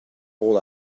all